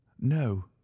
no